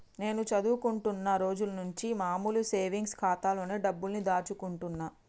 నేను చదువుకుంటున్న రోజులనుంచి మామూలు సేవింగ్స్ ఖాతాలోనే డబ్బుల్ని దాచుకుంటున్నా